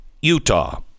utah